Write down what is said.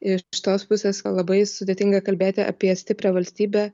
iš tos pusės kad labai sudėtinga kalbėti apie stiprią valstybę